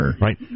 Right